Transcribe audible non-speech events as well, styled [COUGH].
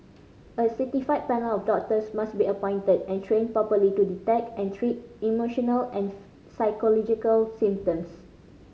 a certified panel of doctors must be appointed and trained properly to detect and treat emotional [UNINTELLIGIBLE] psychological symptoms